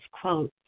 quote